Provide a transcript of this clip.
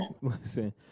Listen